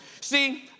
See